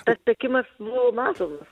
tas sekimas buvo matomas